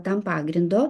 tam pagrindo